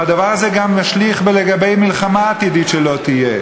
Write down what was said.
והדבר הזה גם משליך לגבי מלחמה עתידית, שלא תהיה.